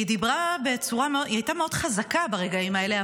היא הייתה מאוד חזקה ברגעים האלה,